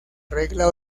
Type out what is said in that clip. regla